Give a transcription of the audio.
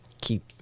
keep